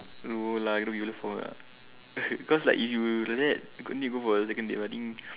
no lah lah cause like if you like that need go for second date I think